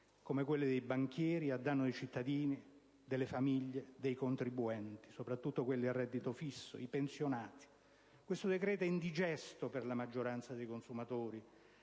come quello dei banchieri, a danno dei cittadini, delle famiglie, dei contribuenti, soprattutto quelli a reddito fisso, dei pensionati. Questo decreto è indigesto per la maggioranza dei consumatori,